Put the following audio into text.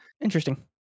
Interesting